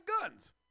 guns